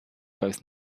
both